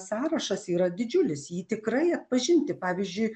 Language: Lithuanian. sąrašas yra didžiulis jį tikrai atpažinti pavyzdžiui